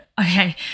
Okay